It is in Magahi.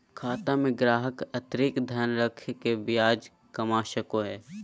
खाता में ग्राहक अतिरिक्त धन रख के ब्याज कमा सको हइ